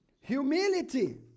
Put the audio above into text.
Humility